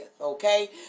okay